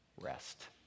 Rest